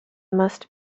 must